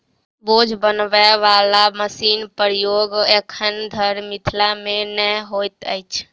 बोझ बनबय बला मशीनक प्रयोग एखन धरि मिथिला मे नै होइत अछि